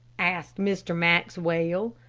asked mr. maxwell.